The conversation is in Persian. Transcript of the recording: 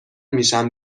میشم